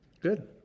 good